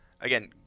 Again